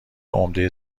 عمده